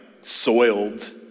soiled